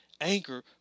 Anchor